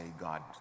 God